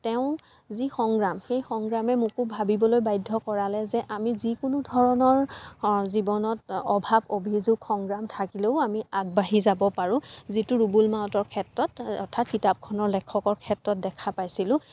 তেওঁ যি সংগ্ৰাম সেই সংগ্ৰামে মোকো ভাবিবলৈ বাধ্য় কৰালে যে আমি যিকোনো ধৰণৰ জীৱনত অভাৱ অভিযোগ সংগ্ৰাম থাকিলেও আমি আগবাঢ়ি যাব পাৰোঁ যিটো ৰুবুল মাউতৰ ক্ষেত্ৰত অৰ্থাৎ কিতাপখনৰ লেখকৰ ক্ষেত্ৰত দেখা পাইছিলোঁ